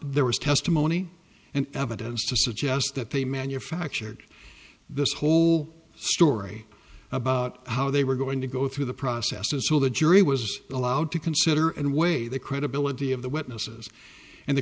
there was testimony and evidence to suggest that they manufactured this whole story about how they were going to go through the process and so the jury was allowed to consider and weigh the credibility of the witnesses and the